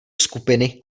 skupiny